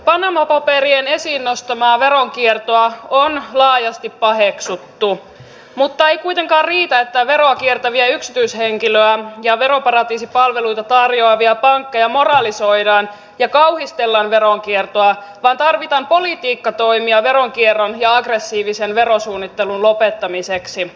panama paperien esiin nostamaa veronkiertoa on laajasti paheksuttu mutta ei kuitenkaan riitä että veroa kiertäviä yksityishenkilöitä ja veroparatiisipalveluita tarjoavia pankkeja moralisoidaan ja kauhistellaan veronkiertoa vaan tarvitaan politiikkatoimia veronkierron ja aggressiivisen verosuunnittelun lopettamiseksi